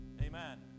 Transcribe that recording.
Amen